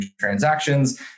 transactions